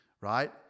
right